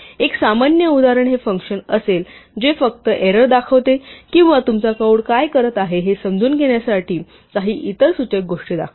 एक सामान्य उदाहरण हे फंक्शन असेल जे फक्त एरर दाखवते किंवा तुमचा कोड काय करत आहे हे समजून घेण्यासाठी काही इतर सूचक गोष्टी दाखवते